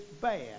bad